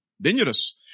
dangerous